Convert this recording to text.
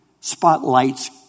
spotlights